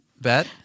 bet